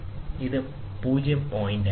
ഇത് ഇതുപോലെയാകും ഇത് 0 പോയിന്റായിരിക്കും